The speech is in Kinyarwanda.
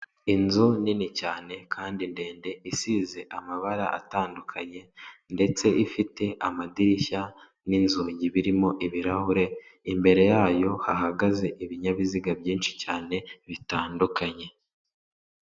Inzu nini cyane kandi ndende isize amabara atandukanye ndetse ifite amadirishya n'inzugi birimo ibirahure, imbere yayo hahagaze ibinyabiziga byinshi cyane bitandukanye.